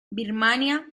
birmania